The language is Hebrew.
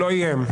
לא איים.